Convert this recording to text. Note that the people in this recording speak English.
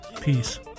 Peace